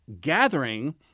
gathering